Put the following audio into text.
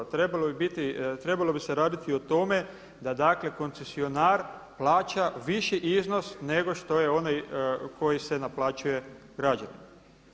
Trebalo bi se raditi o tome da koncesionar plaća viši iznos nego što je onaj koji se naplaćuje građanima.